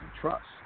trust